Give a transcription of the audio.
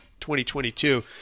2022